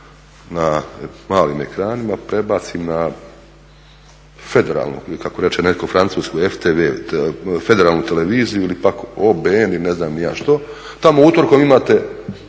na malim ekranima prebacim na federalnu ili kako reče netko francusku FTV, federalnu televiziju ili pak OBN i ne znam ni ja što. Tamo utorkom imate